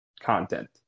content